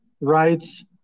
rights